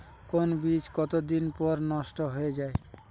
কোন বীজ কতদিন পর নষ্ট হয়ে য়ায়?